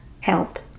health